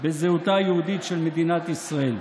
בזהותה היהודית של מדינת ישראל.